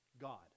God